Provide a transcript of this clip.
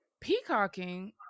peacocking